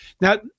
Now